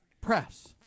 press